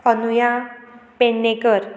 Anuya Pednekar